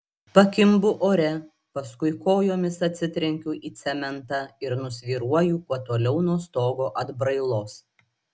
pakimbu ore paskui kojomis atsitrenkiu į cementą ir nusvyruoju kuo toliau nuo stogo atbrailos